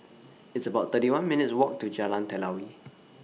It's about thirty one minutes' Walk to Jalan Telawi